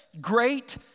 great